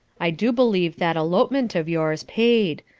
i do believe that elopement of yours paid,